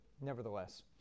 nevertheless